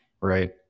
right